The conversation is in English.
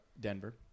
Denver